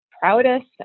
proudest